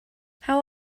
how